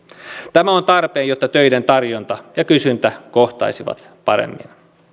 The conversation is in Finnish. tämä on tarpeen jotta töiden tarjonta ja kysyntä kohtaisivat paremmin